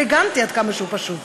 אלגנטי עד כמה שהוא פשוט,